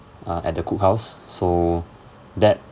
uh at the cookhouse so that